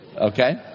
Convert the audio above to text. okay